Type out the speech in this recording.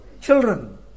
children